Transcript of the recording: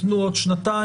תנו עוד שנתיים,